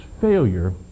failure